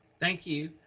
thank you.